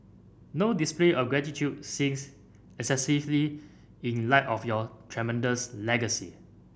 no display of gratitude seems excessively in light of your tremendous legacy